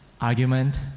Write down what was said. argument